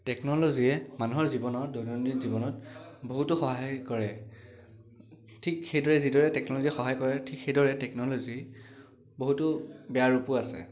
টেকন'লজিয়ে মানুহৰ জীৱনত দৈনন্দিন জীৱনত বহুতো সহায় কৰে ঠিক সেইদৰে যিদৰে টেকন'লজিয়ে সহায় কৰে ঠিক সেইদৰে টেকন'লজিৰ বহুতো বেয়া ৰূপো আছে